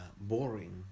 boring